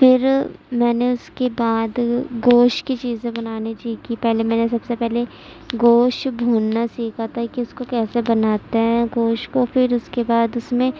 پھر میں نے اس کے بعد گوشت کی چیزیں بنانی سیکھی پہلے میں نے سب سے پہلے گوشت بھوننا سیکھا تھا کہ اس کو کیسے بناتے ہیں گوشت کو پھر اس کے بعد اس میں